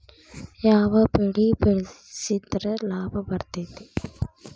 ಯಾವ ಬೆಳಿ ಬೆಳ್ಸಿದ್ರ ಲಾಭ ಬರತೇತಿ?